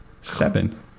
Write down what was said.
seven